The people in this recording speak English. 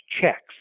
checks